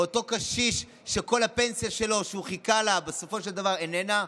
אותו קשיש שכל הפנסיה שהוא חיכה לה בסופו של דבר איננה,